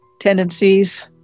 tendencies